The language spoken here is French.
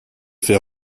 fait